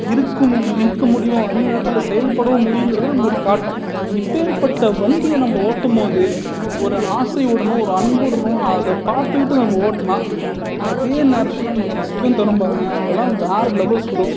இருக்கும் இருக்க முடியும் அதே நேரத்தில் செயல்படவும் முடியுங்கிறத நம்மளுக்கு காட்டும் இப்பேர்ப்பட்ட வண்டியை நம்ம ஓட்டும் போது ஒரு ஆசையுடனும் ஒரு அன்புடனும் நான் அதை பார்த்துக்கிட்டு நம்ம ஓட்டினா அதே நேரத்தில் நம்மளுக்கு அந்த சுகம் தரும் பாருங்கள் அதெல்லாம் வேறே லெவல் சுகம்